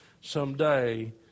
someday